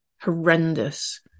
horrendous